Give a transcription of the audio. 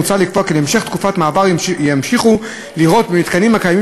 מוצע לקבוע כי למשך תקופת מעבר ימשיכו לראות במתקנים הקיימים